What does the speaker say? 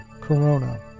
corona